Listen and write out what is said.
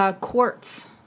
Quartz